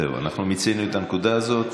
אנחנו מיצינו את הנקודה הזאת.